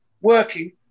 working